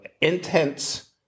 intense